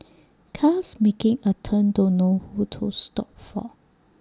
cars making A turn don't know who to stop for